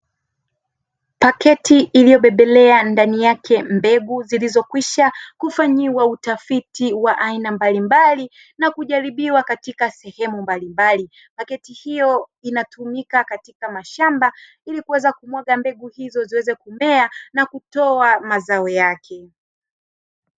Paketi iliyobebelea ndani yake mbegu zilizokwisha kufanyiwa utafiti wa aina mbalimbali na kujaribiwa katika sehemu mbalimbali. Paketi hiyo inatumika katika mashamba ili kuweze kumwaga mbegu hizo ziweze kumea na kutoa mazao yake.